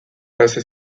erraza